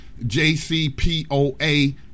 JCPOA